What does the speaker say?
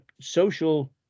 social